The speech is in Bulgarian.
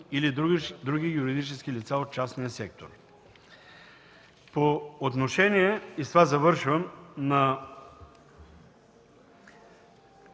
или други юридически лица от частния сектор. По отношение – и с това завършвам, на